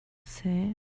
seh